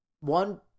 one